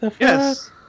Yes